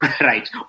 Right